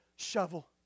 Shovel